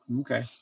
Okay